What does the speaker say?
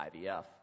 IVF